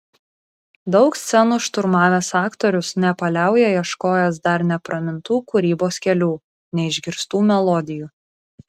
daug scenų šturmavęs aktorius nepaliauja ieškojęs dar nepramintų kūrybos kelių neišgirstų melodijų